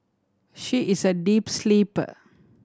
she is a deep sleeper